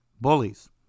Bullies